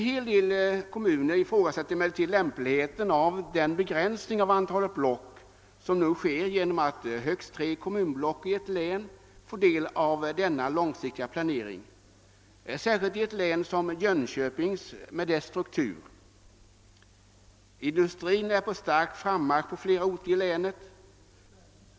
Många kommuner ifrågasätter emellertid lämpligheten av den begränsning av antalet block som nu sker genom att högst tre kommunblock i ett län får del av denna långsiktiga planering, särskilt i ett län som Jönköpings med dess struktur. Industrin är på stark frammarsch på flera orter i länet.